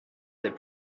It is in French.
des